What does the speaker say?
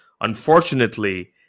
unfortunately